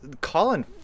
Colin